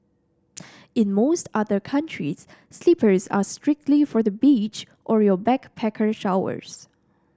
in most other countries slippers are strictly for the beach or your backpacker showers